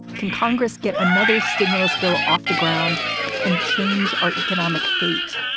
can congress get another stimulus bill off the ground and change our economic fate?